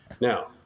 Now